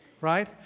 Right